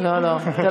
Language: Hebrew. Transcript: לא, לא.